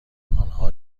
آنها